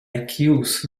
accuse